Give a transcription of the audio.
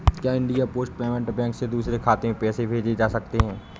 क्या India post payment bank से दूसरे खाते में पैसे भेजे जा सकते हैं?